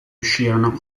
uscirono